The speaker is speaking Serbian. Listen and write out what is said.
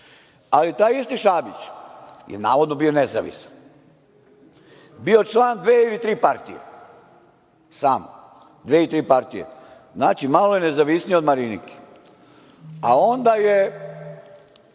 taj isti Šabić je navodno bio nezavisan. Bio je član dve ili tri partije samo, dve ili tri partije, znači, malo je nezavisniji od Marinike, a onda je